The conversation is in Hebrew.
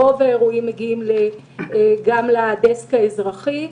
רוב האירועים מגיעים גם לדסק האזרחי.